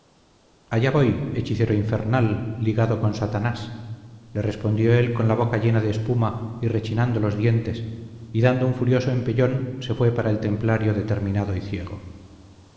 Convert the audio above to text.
allá voy hechicero infernal ligado con satanás le respondió él con la boca llena de espuma y rechinando los dientes y dando un furioso empellón se fue para el templario determinado y ciego